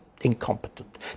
incompetent